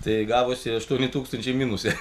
tai gavosi aštuoni tūkstančiai minuse